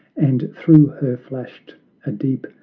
and through her flashed a deep,